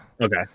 Okay